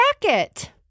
jacket